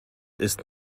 ist